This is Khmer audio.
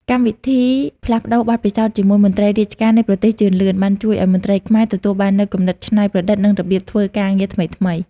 កម្មវិធីផ្លាស់ប្តូរបទពិសោធន៍ជាមួយមន្ត្រីរាជការនៃប្រទេសជឿនលឿន បានជួយឱ្យមន្ត្រីខ្មែរទទួលបាននូវគំនិតច្នៃប្រឌិត និងរបៀបធ្វើការងារថ្មីៗ។